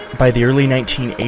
by the early nineteen eighty